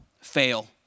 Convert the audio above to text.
fail